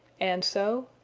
and so.